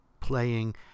playing